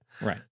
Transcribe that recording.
Right